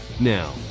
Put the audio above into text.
Now